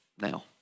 now